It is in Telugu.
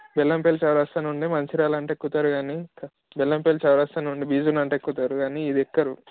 బెల్లంపల్లి చౌరస్తా నుండి మంచిర్యాల అంటే ఎక్కుతారు గానీ బెల్లంపల్లి చౌరస్తా నుండి బీజన్ అంటే ఎక్కుతారు గానీ ఇదెక్కరు